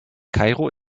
kairo